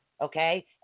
Okay